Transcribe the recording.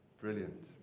Brilliant